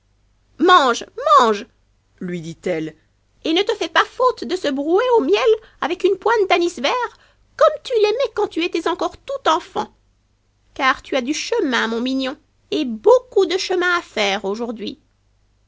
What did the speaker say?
mange mange lui dit-elle et ne te fais pas faute de ce brouet au miel avec une pointe d'anis vert comme tu l'aimais quand tu étais encore tout enfant car tu as du chemin mon mignon et beaucoup do chemin a faire aujourd'hui